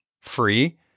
Free